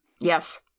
Yes